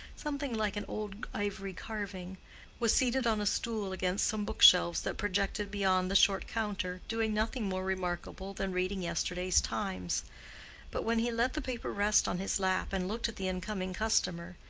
something like an old ivory carving was seated on a stool against some bookshelves that projected beyond the short counter, doing nothing more remarkable than reading yesterday's times but when he let the paper rest on his lap and looked at the incoming customer,